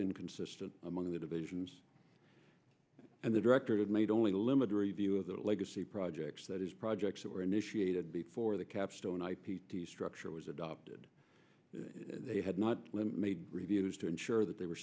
inconsistent among the divisions and the director had made only limited review of the legacy projects that his projects were initiated before the capstone i p t structure was adopted they had not limit made reviews to ensure that they were